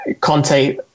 Conte